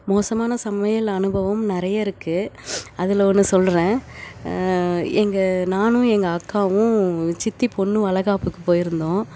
மோசமான சமையல் அனுபவம் நிறைய இருக்கு அதில் ஒன்று சொல்கிறேன் எங்கள் நானும் எங்கள் அக்காவும் சித்தி பொண்ணு வளைக்காப்புக்கு போயி இருந்தோம்